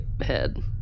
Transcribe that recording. head